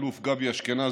האלוף גבי אשכנזי,